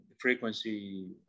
frequency